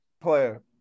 player